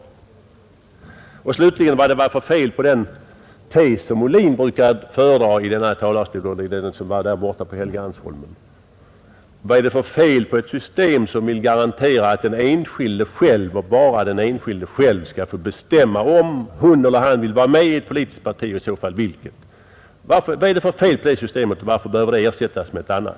Slutligen frågade jag vad det var för fel på den tes som herr Ohlin brukade föredra i talarstolen på Helgeandsholmen när han frågade vad det är för fel på ett system som vill garantera att den enskilde själv, och bara den enskilde själv, skall få bestämma om han eller hon vill vara med i ett politiskt parti och i så fall vilket? Vad är det för fel på det systemet, och varför behöver det ersättas med ett annat?